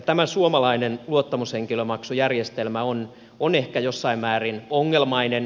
tämä suomalainen luottamushenkilömaksujärjestelmä on ehkä jossain määrin ongelmainen